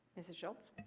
mrs. schultz.